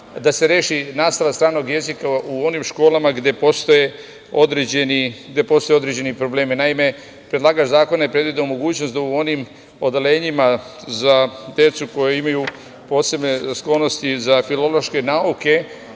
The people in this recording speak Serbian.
da se reši nastava na stranom jeziku u onim školama gde postoje određeni problemi. Naime, predlagač zakona je predvideo mogućnost da u onim odeljenjima za decu koja imaju posebne sklonosti za filološke nauke,